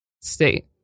state